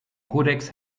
kodex